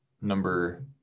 number